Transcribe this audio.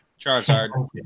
Charizard